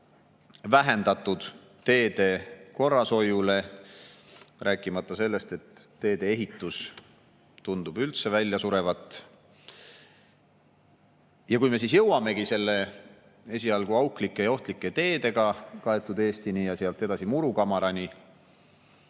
vähendatud teede korrashoiule [eraldatavat] raha, rääkimata sellest, et tee-ehitus tundub üldse välja surevat, ja kui me jõuamegi selle esialgu auklike ja ohtlike teedega kaetud Eestini ja sealt edasi murukamarani,